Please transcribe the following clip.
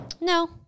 No